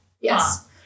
Yes